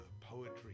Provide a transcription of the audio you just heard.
poetry